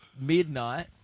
midnight